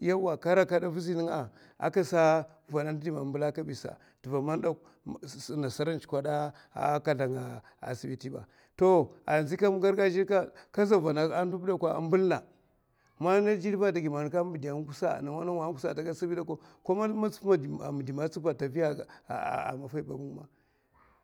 ka rakaèa vuzi nènga aka vana ndo di man m'bèla kaɓi sa. tɗva nasa man nasara'hi di ɓaandzi kam gargaja ka, kaza vana kur èok ambɗlna man èok midè a gusa ko man midè magatsi ba maffahi taviya